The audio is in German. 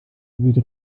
wie